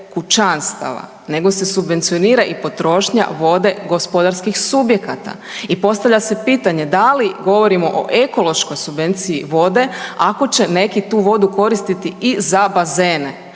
kućanstava, nego se subvencionira i potrošnja vode gospodarskih subjekata. I postavlja se pitanje da li govorimo o ekološkoj subvenciji vode ako će neki tu vodu koristiti i za bazene.